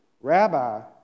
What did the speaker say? Rabbi